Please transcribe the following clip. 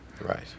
Right